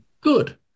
good